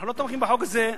אנחנו לא תומכים בחוק הזה,